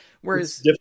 Whereas